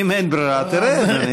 אם אין ברירה, תרד.